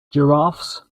giraffes